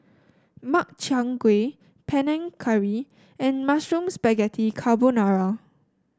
Makchang Gui Panang Curry and Mushroom Spaghetti Carbonara